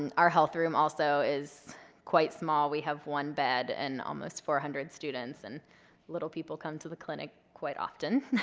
and our health room also is quite small. we have one bed and almost four hundred students, and little people come to the clinic quite often.